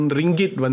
ringgit